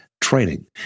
training